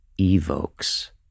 evokes